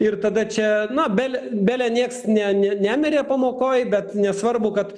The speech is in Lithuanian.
ir tada čia na bel bele niekas ne nemirė pamokoje bet nesvarbu kad